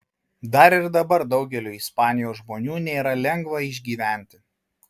dar ir dabar daugeliui ispanijos žmonių nėra lengva išgyventi